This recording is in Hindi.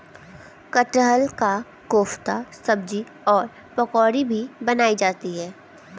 कटहल का कोफ्ता सब्जी और पकौड़ी भी बनाई जाती है